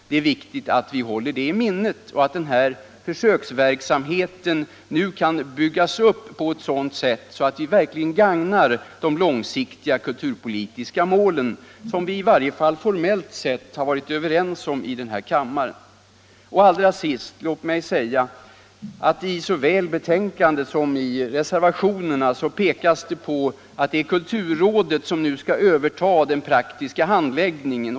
Det är viktigt att vi håller det i minnet, så att den här försöksverksamheten nu kan byggas upp på ett sådant sätt att vi verkligen når de långsiktiga kulturpolitiska målen som vi — i varje fall formellt sett — har varit överens om i den här kammaren. Allra sist: Låt mig säga att det såväl i majoritetsskrivningen som i reservationerna pekas på att det är kulturrådet som nu skall överta den praktiska handläggningen.